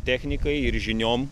technikai ir žiniom